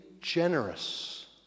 generous